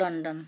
London